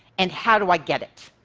and how do i get it?